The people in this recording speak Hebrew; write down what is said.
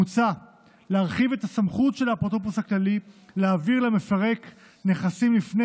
מוצע להרחיב את הסמכות של האפוטרופוס הכללי להעביר למפרק נכסים לפני